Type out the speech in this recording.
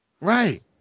Right